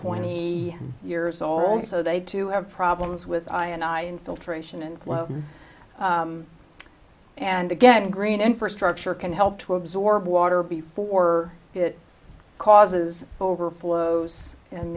twenty years old so they too have problems with i and i infiltration and and again green infrastructure can help to absorb water before it causes overflows and